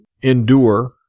endure